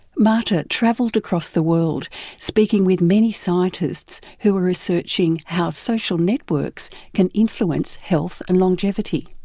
marta travelled across the world speaking with many scientists who are researching how social networks can influence health and longevity.